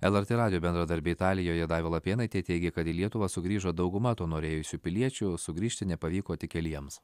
lrt radijo bendradarbė italijoje daiva lapėnaitė teigė kad į lietuvą sugrįžo dauguma to norėjusių piliečių sugrįžti nepavyko tik keliems